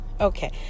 okay